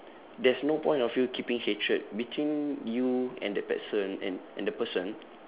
there's no point of you keeping hatred between you and that person and and the person